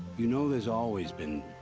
you know there's always been.